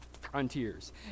frontiers